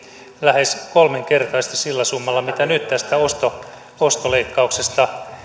lähes kolminkertaisesti sillä summalla mitä nyt tästä ostoleikkauksesta